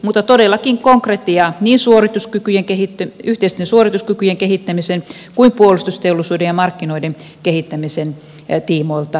mutta todellakin konkretiaa niin yhteisten suorituskykyjen kehittämisen kuin puolustusteollisuuden ja markkinoiden kehittämisen tiimoilta odotetaan